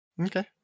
Okay